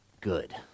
good